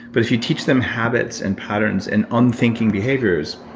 but if you teach them habits and patterns in unthinking behaviors.